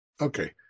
Okay